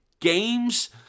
Games